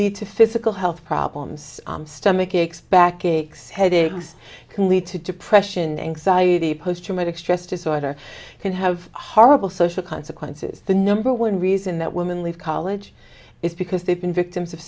lead to physical health problems stomach aches back aches headaches can lead to depression anxiety post traumatic stress disorder can have horrible social consequences the number one reason that women leave college is because they've been victims of